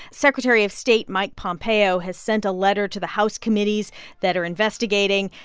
secretary of state mike pompeo has sent a letter to the house committees that are investigating,